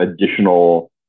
additional